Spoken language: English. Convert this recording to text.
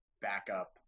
backup